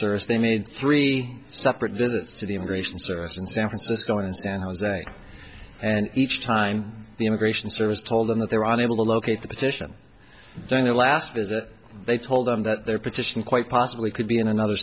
service they made three separate visits to the immigration service in san francisco in san jose and each time the immigration service told them that their are unable to locate the petition during their last visit they told them that their petition quite possibly could be in another